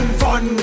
fun